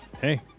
hey